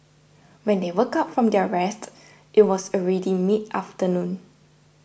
when they woke up from their rest it was already mid afternoon